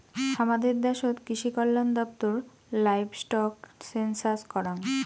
হামাদের দ্যাশোত কৃষিকল্যান দপ্তর লাইভস্টক সেনসাস করাং